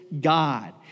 God